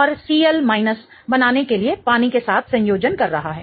और Cl बनाने के लिए पानी के साथ संयोजन कर रहा है